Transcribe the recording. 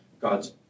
God's